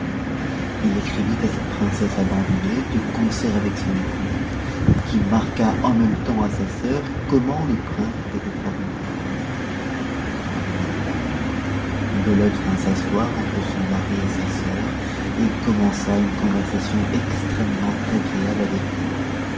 il écrivit à cette princesse abandonnée de concert avec son épouse qui marqua en même temps à sa sœur comment le prince devait être habillé dans le milieu du bal belote vint s'asseoir entre son mari et sa sœur et commença une conversation extrêmement agréable avec eux